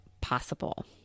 possible